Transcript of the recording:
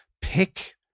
Pick